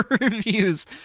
reviews